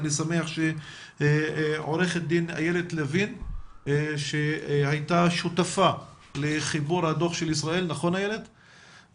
אני שמח שעו"ד איילת לוין שהייתה שותפה לחיבור הדו"ח של ישראל נמצאת כאן